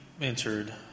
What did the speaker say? entered